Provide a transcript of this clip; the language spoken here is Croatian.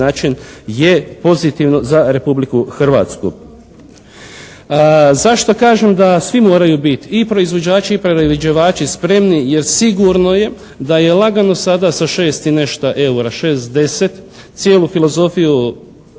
način je pozitivno za Republiku Hrvatsku. Zašto kažem da svi moraju biti i proizvođači i prerađivači spremni jer sigurno je da je lagano sada sa 6 i nešto eura, …/Govornik se ne razumije./… cijelu filozofiju